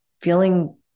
feeling